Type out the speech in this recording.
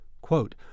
Quote